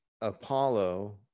apollo